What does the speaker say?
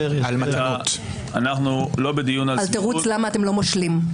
על מטרה --- התירוץ למה אתם לא מושלים.